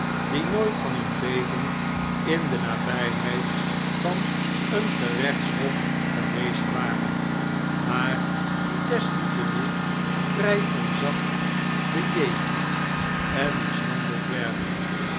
die nooit van hun leven in de nabjjheid van een gerechtshof geweest waren maar die desniettemin vrij onzacht bejegend en mishandeld werden